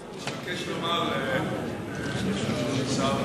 אני מבקש לומר לחבר הכנסת